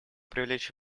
привлечь